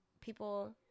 people